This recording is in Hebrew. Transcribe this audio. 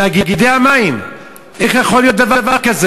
תאגידי המים, איך יכול להיות דבר כזה?